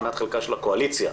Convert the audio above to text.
מנת חלקה של הקואליציה.